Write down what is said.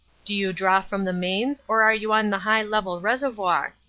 do you draw from the mains or are you on the high level reservoir